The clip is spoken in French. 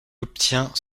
obtient